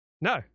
no